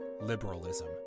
liberalism